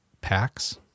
packs